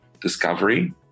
discovery